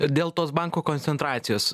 dėl tos banko koncentracijos